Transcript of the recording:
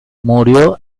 murió